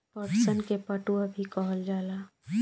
पटसन के पटुआ भी कहल जाला